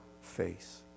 face